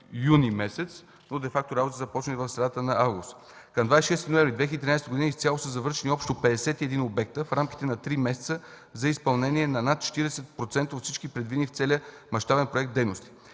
на месец юни, но де факто работата започна едва в средата на август. Към 26 ноември 2013 г. изцяло са завършени 51 обекта в рамките на три месеца за изпълнение на над 40% от всички предвидени в целия мащабен проект дейности.